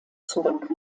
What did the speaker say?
zurück